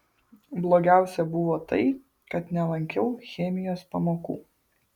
blogiausia buvo tai kad nelankiau chemijos pamokų